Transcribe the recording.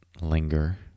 linger